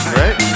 right